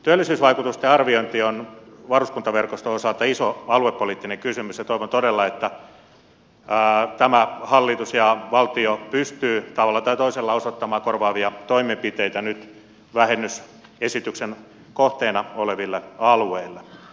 työllisyysvaikutusten arviointi on varuskuntaverkoston osalta iso aluepoliittinen kysymys ja toivon todella että tämä hallitus ja valtio pystyy tavalla tai toisella osoittamaan korvaavia toimenpiteitä nyt vähennysesityksen kohteena oleville alueille